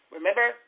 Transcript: remember